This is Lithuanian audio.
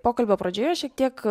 pokalbio pradžioje šiek tiek